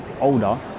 Older